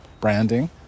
branding